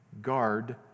Guard